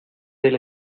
del